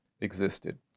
existed